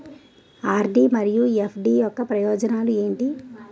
RD మరియు FD యొక్క ప్రయోజనాలు ఏంటి?